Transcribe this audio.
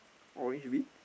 orange bin